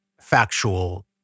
factual